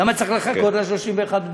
למה אני צריך לחכות עד 31 בדצמבר?